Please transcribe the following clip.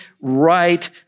right